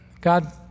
God